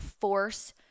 force